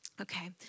Okay